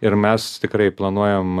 ir mes tikrai planuojam